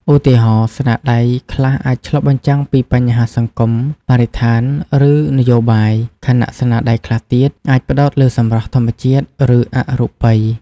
ឧទាហរណ៍ ស្នាដៃខ្លះអាចឆ្លុះបញ្ចាំងពីបញ្ហាសង្គម បរិស្ថាន ឬនយោបាយ ខណៈស្នាដៃខ្លះទៀតអាចផ្តោតលើសម្រស់ធម្មជាតិ ឬអរូបី។